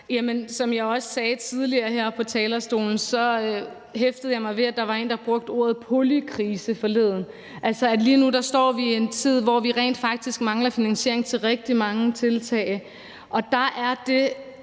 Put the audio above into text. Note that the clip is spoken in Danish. Jamen som jeg også sagde tidligere heroppe på talerstolen, hæftede jeg mig ved, at der var en, der brugte ordet polykrise forleden – altså at lige nu står vi i en tid, hvor vi rent faktisk mangler finansiering til rigtig mange tiltag. Og der er det